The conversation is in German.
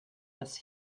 dass